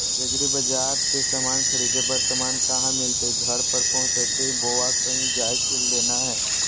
एग्रीबाजार से समान खरीदे पर समान कहा मिलतैय घर पर पहुँचतई बोया कहु जा के लेना है?